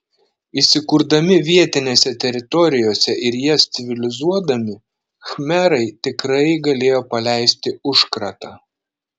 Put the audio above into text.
įsikurdami vietinėse teritorijose ir jas civilizuodami khmerai tikrai galėjo paleisti užkratą